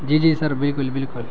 جی جی سر بالکل بالکل